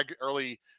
early